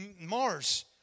Mars